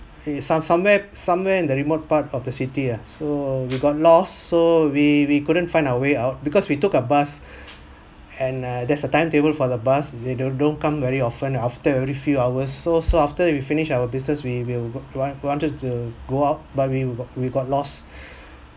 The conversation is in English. it some somewhere somewhere in the remote part of the city ah so we got lost so we we couldn't find our way out because we took a bus and uh there's a timetable for the bus they don't don't come very often after every few hours so so after we finish our business we will want wanted to go out but we've we got lost